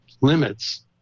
limits